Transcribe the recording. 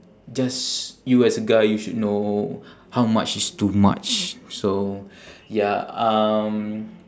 just you as a guy you should know how much is too much so ya um